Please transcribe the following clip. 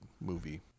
movie